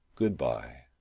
good-bye.